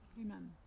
Amen